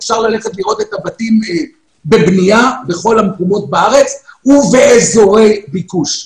אפשר לראות את הבתים בבנייה בכל המקומות בארץ ובאזורי ביקוש.